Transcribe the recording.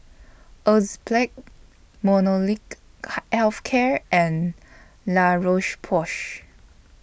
Enzyplex Molnylcke Health Care and La Roche Porsay